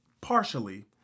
partially